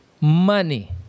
money